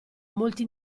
molti